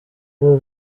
were